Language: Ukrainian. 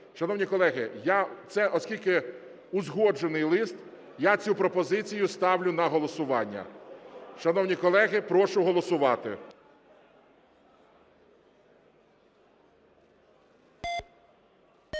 Шановні колеги, це, оскільки узгоджений лист, я цю пропозицію ставлю на голосування. Шановні колеги, прошу голосувати.